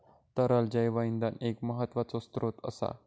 तरल जैव इंधन एक महत्त्वाचो स्त्रोत असा